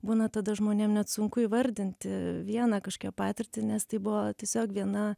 būna tada žmonėm net sunku įvardinti vieną kažkokią patirtį nes tai buvo tiesiog viena